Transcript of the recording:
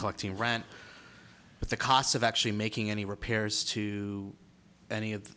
collecting rant but the cost of actually making any repairs to any of that